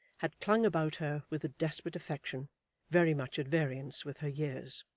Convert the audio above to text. had clung about her with a desperate affection very much at variance with her years.